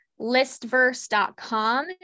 listverse.com